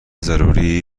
ضروری